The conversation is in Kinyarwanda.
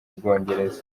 bwongereza